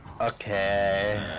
Okay